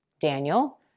Daniel